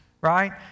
Right